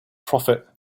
prophet